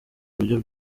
buryo